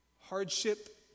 Hardship